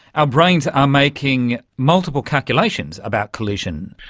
our brains are making multiple calculations about collision.